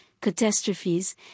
Catastrophes